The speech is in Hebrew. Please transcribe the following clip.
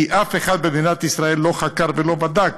כי אף אחד במדינת ישראל לא חקר ולא בדק.